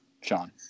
Sean